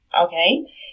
Okay